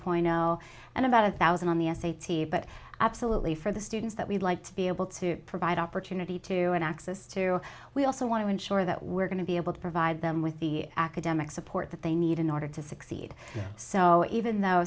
point zero and about a thousand on the s a t s but absolutely for the students that we'd like to be able to provide opportunity to access to we also want to ensure that we're going to be able to provide them with the academic support that they need in order to succeed so even though